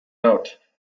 out